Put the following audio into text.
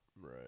right